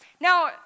now